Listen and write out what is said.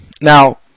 Now